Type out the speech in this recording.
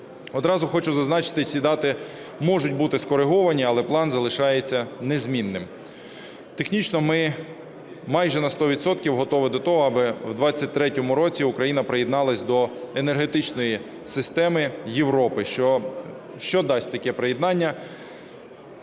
Одразу хочу зазначити, ці дати можуть бути скориговані, але план залишається незмінним. Технічно ми майже на сто відсотків готові до того, аби в 23-му році Україна приєдналась до енергетичної системи Європи. Що дасть таке приєднання?